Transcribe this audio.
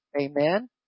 Amen